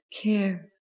care